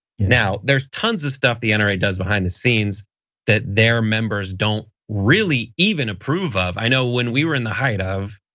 now there's tons of stuff the nra does behind the scenes that their members don't really even approve of. i know when we were in the height of,